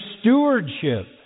stewardship